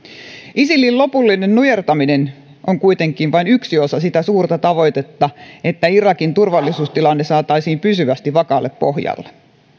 isilin lopullinen nujertaminen on kuitenkin vain yksi osa sitä suurta tavoitetta että irakin turvallisuustilanne saataisiin pysyvästi vakaalle pohjalle